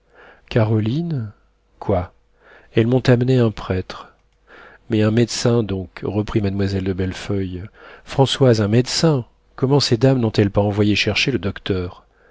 caroline quoi elles m'ont amené un prêtre mais un médecin donc reprit mademoiselle de bellefeuille françoise un médecin comment ces dames n'ont-elles pas envoyé chercher le docteur